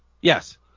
yes